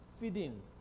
feeding